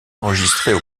enregistrées